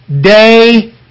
day